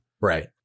Right